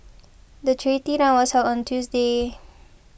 the charity run was held on Tuesday